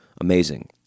amazing